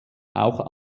auch